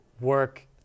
work